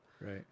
Right